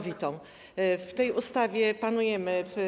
W tej ustawie panujemy.